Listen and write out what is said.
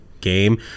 game